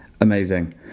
Amazing